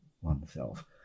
oneself